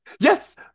Yes